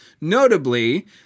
Notably